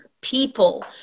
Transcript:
people